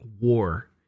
war